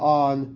on